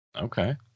Okay